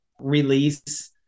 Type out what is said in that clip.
release